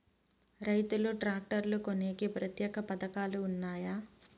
రైతులు ట్రాక్టర్లు కొనేకి ప్రత్యేక పథకాలు ఉన్నాయా?